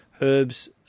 herbs